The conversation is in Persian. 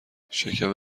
شکم